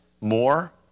more